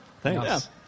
Thanks